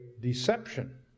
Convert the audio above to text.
deception